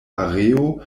areo